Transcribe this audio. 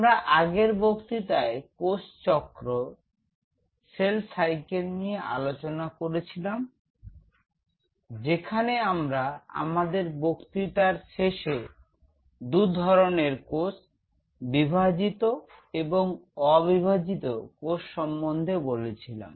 আমরা আগের বক্তৃতায় কোষচক্র নিয়ে আলোচনা করেছিলাম যেখানে আমরা আমাদের বক্তৃতার শেষে দুধরনের কোষ বিভাজিত এবং অবিভাজিত কোষ সম্বন্ধে বলেছিলাম